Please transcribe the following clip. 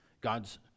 God's